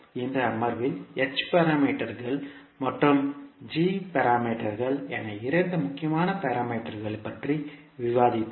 இந்த அமர்வில் h பாராமீட்டர்கள் மற்றும் g பாராமீட்டர்கள் என இரண்டு முக்கியமான பாராமீட்டர்கள் பற்றி விவாதித்தோம்